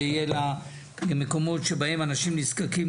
זה יהיה למקומות שבהם אנשים נזקקים